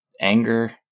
anger